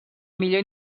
millor